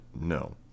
No